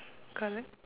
correct